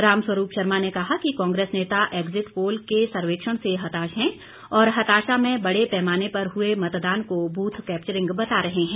रामस्वरूप शर्मा ने कहा कि कांग्रेस नेता एग्जिट पोल के सर्वेक्षण से हताश हैं और हताशा में बड़े पैमाने पर हुए मतदान को बूथ कैपचरिंग बता रहे हैं